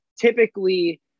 typically